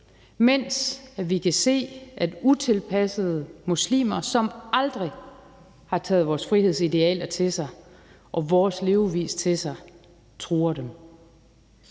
mens vi kan se, at utilpassede muslimer, som aldrig har taget vores frihedsidealer og vores levevis til sig, truer dem.